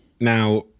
Now